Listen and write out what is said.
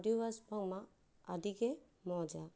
ᱵᱳᱰᱤ ᱣᱟᱥ ᱵᱟᱝ ᱢᱟ ᱟᱹᱰᱤ ᱜᱮ ᱢᱚᱡᱽᱼᱟ